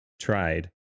tried